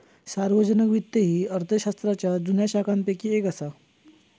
सार्वजनिक वित्त ही अर्थशास्त्राच्या जुन्या शाखांपैकी येक असा